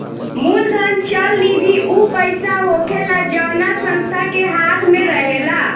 मूलधन चल निधि ऊ पईसा होखेला जवना संस्था के हाथ मे रहेला